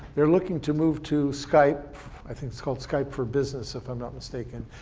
they're looking to move to skype, i think it's called skype for business if i'm not mistaken.